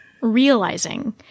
realizing